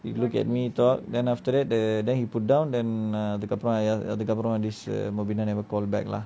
he look at me talk then after that the then he put down then uh அதுக்கு அப்புறம் அதுக்கு அப்புறம்:athukku apram athukku apram this mobina never called